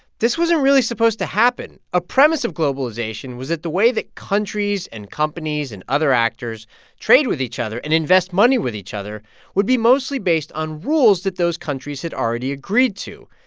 this wasn't really supposed to happen a premise of globalization was that the way that countries and companies and other actors trade with each other and invest money with each other would be mostly based on rules that those countries had already agreed to,